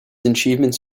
achievements